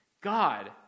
God